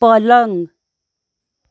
पलङ